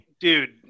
dude